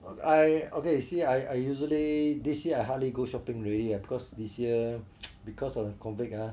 I okay see I I usually this year I hardly go shopping already of course this year because of COVID ah